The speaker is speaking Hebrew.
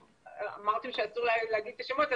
אמרתם שאסור להגיד את השמות,